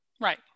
Right